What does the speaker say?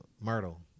Myrtle